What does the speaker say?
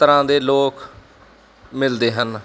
ਤਰ੍ਹਾਂ ਦੇ ਲੋਕ ਮਿਲਦੇ ਹਨ